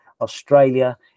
Australia